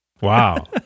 Wow